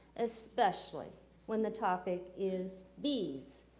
especially when the topic is bees.